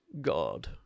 God